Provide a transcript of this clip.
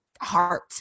heart